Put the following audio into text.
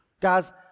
Guys